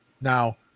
Now